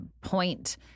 point